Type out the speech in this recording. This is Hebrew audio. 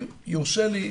אם יורשה לי,